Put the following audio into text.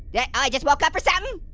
yeah, i just walk up or so i mean